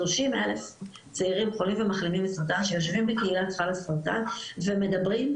30,000 חולים ומחלימים מסרטן שיושבים בקהילת חלאסרטן ומדברים,